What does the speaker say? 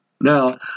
now